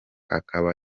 akaba